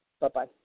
bye-bye